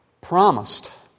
promised